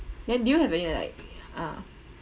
then do you have any like ya ah